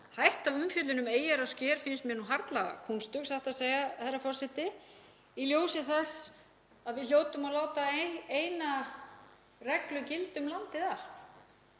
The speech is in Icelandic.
hætta umfjöllun um eyjar og sker, finnst mér harla kúnstug, satt að segja, herra forseti, í ljósi þess að við hljótum að láta eina reglu gilda um landið allt.